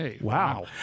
Wow